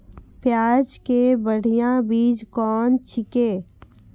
प्याज के बढ़िया बीज कौन छिकै?